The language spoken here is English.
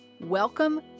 Welcome